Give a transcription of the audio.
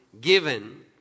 given